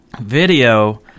video